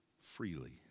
freely